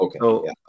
okay